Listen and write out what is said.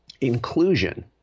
inclusion